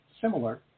similar